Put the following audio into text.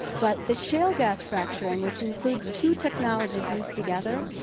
but the shale gas fracturing, which includes two technologies used together,